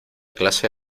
clase